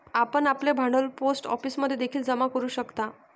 आपण आपले भांडवल पोस्ट ऑफिसमध्ये देखील जमा करू शकता